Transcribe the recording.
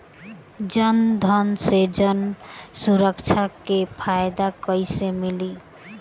जनधन से जन सुरक्षा के फायदा कैसे मिली?